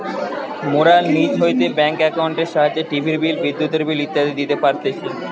মোরা নিজ হইতে ব্যাঙ্ক একাউন্টের সাহায্যে টিভির বিল, বিদ্যুতের বিল ইত্যাদি দিতে পারতেছি